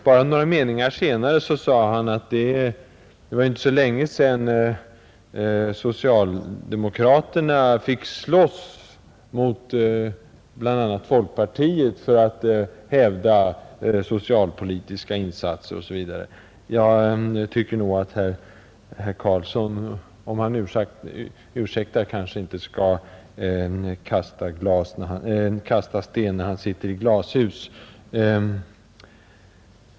Bara några meningar senare sade han, att det var inte så länge sedan socialdemokraterna fick slåss mot bl.a. folkpartiet för att hävda behovet av socialpolitiska insatser Jag tycker nog — om herr Karlsson i Huskvarna ursäktar — att han inte skall kasta sten när han sitter i glashus.